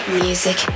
music